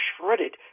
shredded